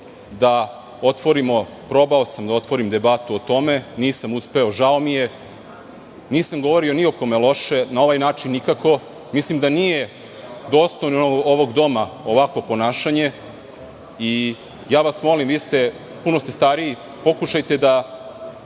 problemima. Probao sam da otvorim debatu o tome. Nisam uspeo, žao mi je. Nisam govorio ni o kome loše, na ovaj način nikako. Mislim da nije dostojno ovog doma ovakvo ponašanje. Ja vas molim, puno ste stariji, pokušajte da